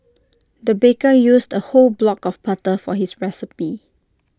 the baker used A whole block of butter for his recipe